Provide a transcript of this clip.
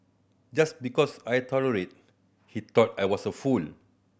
just because I tolerated he thought I was a fool